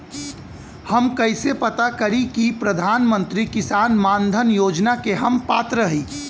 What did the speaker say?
हम कइसे पता करी कि प्रधान मंत्री किसान मानधन योजना के हम पात्र हई?